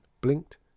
blinked